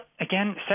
again